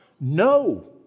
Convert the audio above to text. No